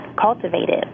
cultivated